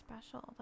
special